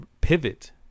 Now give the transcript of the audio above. pivot